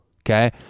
Okay